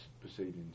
proceedings